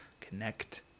Connect